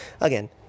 Again